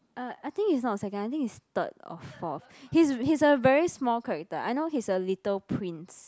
uh I think he's a not second I think he's third or forth he's a he's a very small character I know he's a little prince